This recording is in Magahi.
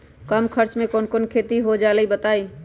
कम खर्च म कौन खेती हो जलई बताई?